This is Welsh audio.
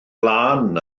lân